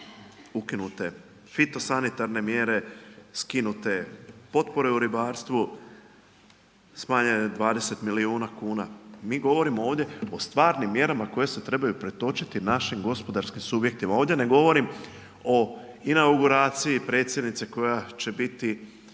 ukinute, fitosanitarne mjere skinute, potpore u ribarstvu smanjenje 20 milijuna kuna. Mi govorimo ovdje o stvarnim mjerama koje se trebaju pretočiti našim gospodarskim subjektima. Ovdje ne govorim o inauguraciji predsjednice koja će biti